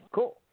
Cool